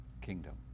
kingdom